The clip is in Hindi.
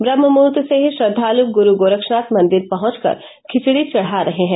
ब्रम्हमुद्दर्त से ही श्रद्वाल् गुरू गोरक्षनाथ मंदिर पहुंच कर खिचड़ी चढ़ा रहे हैं